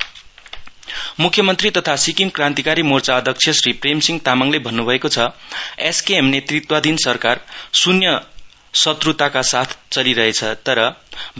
SKM foundation day मुख्यमन्त्री तथा सिक्किम क्रान्तिकारी मोर्चा अध्यक्ष श्री प्रेम सिंह तामाङले भन्नुभएको छ एसकेएम नेतृत्वाधीन सरकार शुन्य शत्रुताका साथ चलिरहेछ तर